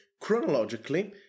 chronologically